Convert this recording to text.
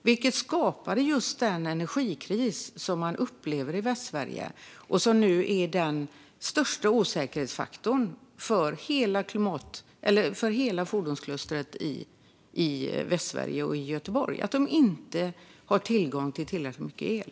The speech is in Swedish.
Det skapade just den energikris som Västsverige upplever och som nu är den största osäkerhetsfaktorn för hela fordonsklustret i Västsverige och Göteborg. De har inte tillgång till tillräckligt mycket el.